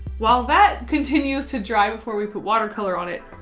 while that continues to dry before we put watercolor on it,